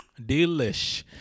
delish